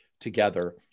together